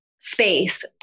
space